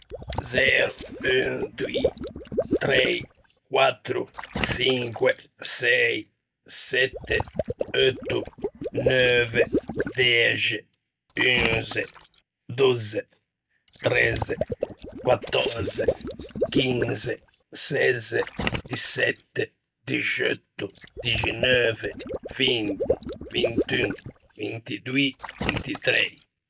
Un, doî, trei, quattro, çinque, sëi, sette, eutto, neuve, dexe, unze, dozze, trezze, quattòrze, chinze, sezze, dïsette, dixeutto, dixineuve, vinti, vintiun, vintidoî, vintrei.